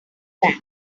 band